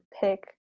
pick